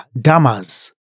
damas